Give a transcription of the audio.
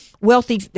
wealthy